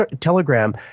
Telegram